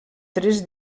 tres